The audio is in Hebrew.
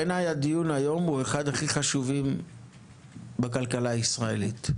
בעיניי הדיון היום הוא אחד מהחשובים ביותר בכלכלה הישראלית.